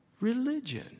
religion